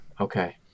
Okay